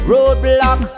Roadblock